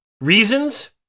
reasons